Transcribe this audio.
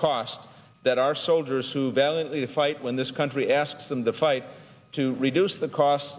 cost that our soldiers who valiantly to fight when this country asks them the fight to reduce the cost